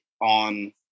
on